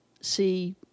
see